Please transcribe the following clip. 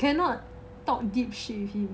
you cannot talk deep shit with him